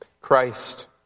Christ